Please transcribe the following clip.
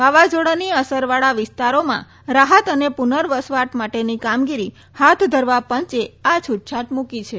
વાવાઝોડાની અસરવાળા વિસ્તારોમાં રાહત અને પુનવર્સવાટ માટેની કામગીરી હાથ ધરવા પંચે આ છૂટછાટ મૂકી છે